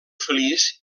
feliç